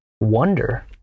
wonder